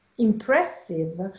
impressive